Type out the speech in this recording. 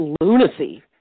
lunacy